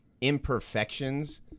imperfections